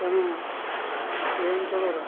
ତେଣୁ ଏ ଅଞ୍ଚଳର